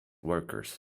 workers